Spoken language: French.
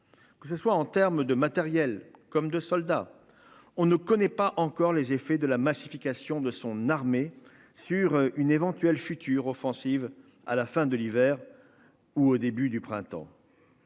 Que ce soit en termes de matériel comme de soldats. On ne connaît pas encore les effets de la massification de son armée sur une éventuelle future offensive à la fin de l'hiver. Ou au début du printemps.